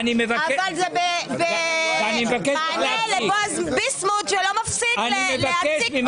אבל זה במענה לבועז ביסמוט שלא מפסיק להציק פה.